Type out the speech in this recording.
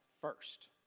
first